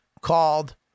called